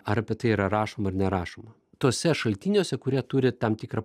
ar apie tai yra rašoma ar nerašoma tuose šaltiniuose kurie turi tam tikrą